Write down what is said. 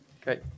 great